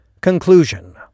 Conclusion